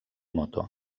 moto